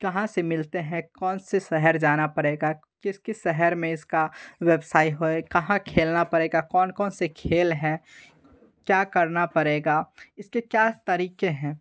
कहाँ से मिलते हैं कौन से शहर जाना पड़ेगा किस किस शहर में इसका व्यवसाय है कहाँ खेलना पड़ेगा कौन कौन से खेल हैं क्या करना पड़ेगा इसके क्या तरीक़े हैं